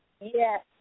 Yes